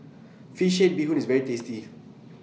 Fish Head Bee Hoon IS very tasty